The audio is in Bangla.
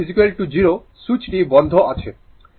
ধরুন যে t 0 সুইচটি বন্ধ আছে